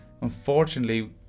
unfortunately